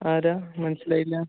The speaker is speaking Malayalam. ആരാ മനസ്സിലായില്ല